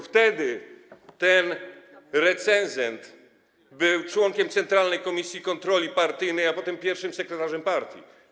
Wtedy ten recenzent był członkiem Centralnej Komisji Kontroli Partyjnej PZPR, a potem pierwszym sekretarzem partii.